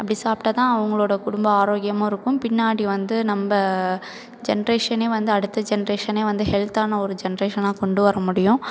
அப்படி சாப்பிட்டாதான் அவங்களோட குடும்பம் ஆரோக்கியமாக இருக்கும் பின்னாடி வந்து நம்ம ஜென்ரேஷனே வந்து அடுத்த ஜென்ரேஷனே வந்து ஹெல்த்தான ஒரு ஜென்ரேஷனாக கொண்டுவர முடியும்